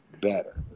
better